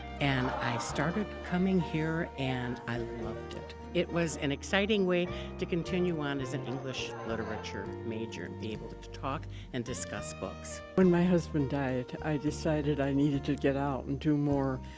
and i started coming here and i loved it. it was an exciting way to continue on as an english literature major be able to to talk and discuss books. when my husband died i decided i needed to get out and do more,